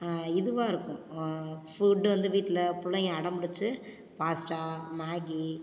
இதுவாக இருக்கும் ஃபுட்டு வந்து வீட்டில் பிள்ளைங்க அடம்பிடிச்சி பாஸ்டா மேகி